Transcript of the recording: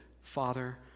Father